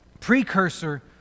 precursor